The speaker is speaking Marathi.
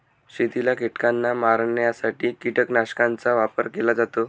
शेतातील कीटकांना मारण्यासाठी कीटकनाशकांचा वापर केला जातो